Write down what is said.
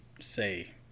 say